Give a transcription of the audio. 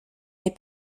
les